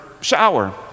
shower